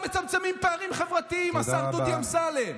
ככה לא מצמצמים פערים חברתיים, השר דודי אמסלם.